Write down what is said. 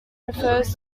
refers